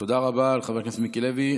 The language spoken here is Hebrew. תודה רבה לחבר הכנסת מיקי לוי.